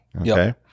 Okay